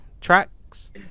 tracks